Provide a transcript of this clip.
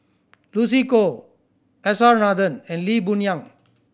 Lucy Koh S R Nathan and Lee Boon Yang